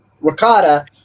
ricotta